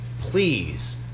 please